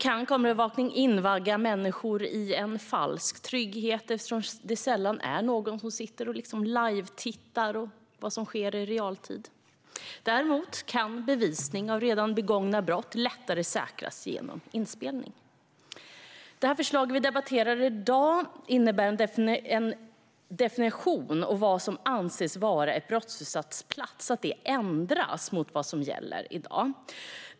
Kameraövervakning kan invagga människor i en falsk trygghet eftersom det sällan finns någon person som tittar på vad som sker i realtid. Däremot kan bevisning av redan begångna brott lättare säkras genom inspelningar. Det förslag som vi debatterar i dag innebär att definitionen av vad som anses vara en brottsutsatt plats ändras radikalt mot vad som gäller i dag.